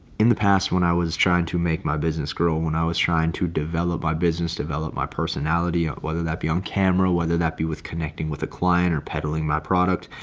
in the past, when i was trying to make my business grow, when i was trying to develop my business, develop my personality, ah whether that be on camera, whether that be with connecting with a client or peddling my product,